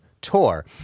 tour